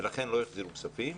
ולכן לא החזירו כספים.